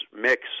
mix